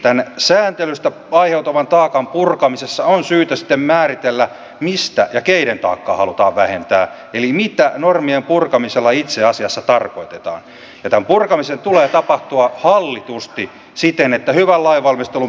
tämän sääntelystä aiheutuvan taakan purkamisessa on syytä sitten määritellä mistä ja keiden taakkaa halutaan vähentää eli mitä normien purkamisella itse asiassa tarkoitetaan ja tämän purkamisen tulee tapahtua hallitusti siten että hyvän lainvalmistelun periaatteet toteutuvat